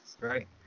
Right